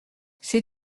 sais